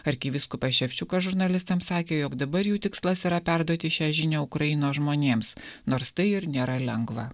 arkivyskupas ševčiukas žurnalistams sakė jog dabar jų tikslas yra perduoti šią žinią ukrainos žmonėms nors tai ir nėra lengva